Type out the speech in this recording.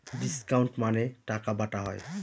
discount মানে টাকা বাটা হয়